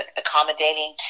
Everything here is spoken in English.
accommodating